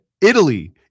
Italy